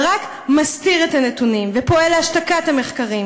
ורק מסתיר את הנתונים ופועל להשתקת המחקרים.